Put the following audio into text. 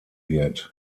wird